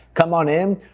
come on in,